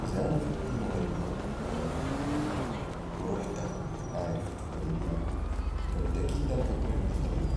إذا أنا في مدينه غريبة ورحتا ماعرفت طريقي يعني فبتاكيد أنا ح يكون عندي خريطة